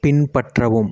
பின்பற்றவும்